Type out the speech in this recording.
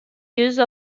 use